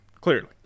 clearly